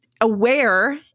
aware